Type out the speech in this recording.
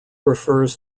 refers